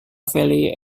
valley